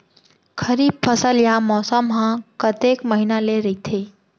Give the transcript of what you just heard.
खरीफ फसल या मौसम हा कतेक महिना ले रहिथे?